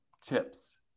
tips